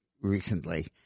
recently